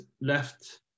left